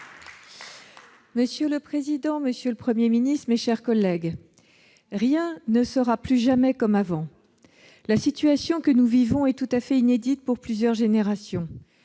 monsieur le Premier ministre, messieurs les ministres, mes chers collègues, rien ne sera plus jamais comme avant. La situation que nous vivons est tout à fait inédite depuis plusieurs générations